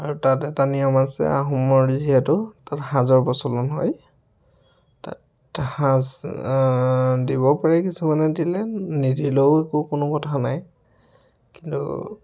আৰু তাত এটা নিয়ম আছে আহোমৰ যিহেতু তাত সাঁজৰ প্ৰচলন হয় তাত সাঁজ দিব পাৰি কিছুমানে দিলে নিদিলেও একো কোনো কথা নাই কিন্তু